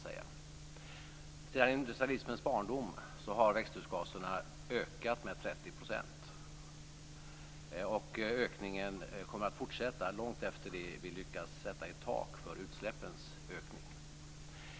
Sedan industrialismens barndom har växthusgaserna ökat med 30 %, och ökningen kommer att fortsätta långt efter det att vi lyckas sätta ett tak för utsläppens ökning.